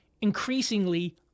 increasingly